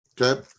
okay